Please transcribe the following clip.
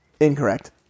Incorrect